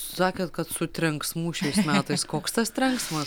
sakėt kad su trenksmu šiais metais koks tas trenksmas